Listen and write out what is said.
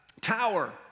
tower